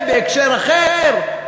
בהקשר אחר.